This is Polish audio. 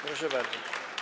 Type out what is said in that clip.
Proszę bardzo.